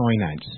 finance